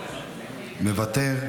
מוותר.